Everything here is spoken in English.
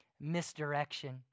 misdirection